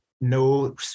no